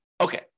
Okay